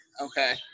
Okay